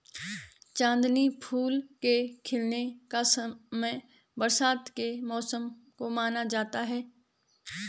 चांदनी फूल के खिलने का समय बरसात के मौसम को माना जाता है